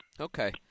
Okay